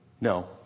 No